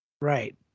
Right